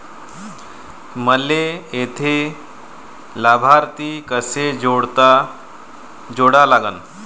मले थे लाभार्थी कसे जोडा लागन?